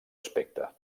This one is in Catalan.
aspecte